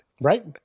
Right